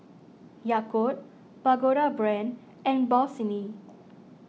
Yakult Pagoda Brand and Bossini